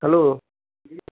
hello